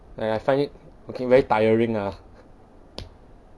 and I find it okay very tiring ah